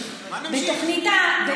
מנכ"לית משרד האוצר?